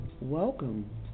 Welcome